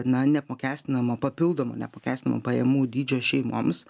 na neapmokestinamo papildomo neapmokestinamo pajamų dydžio šeimoms